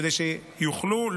כדי שיוכלו,